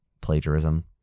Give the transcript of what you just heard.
plagiarism